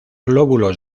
lóbulos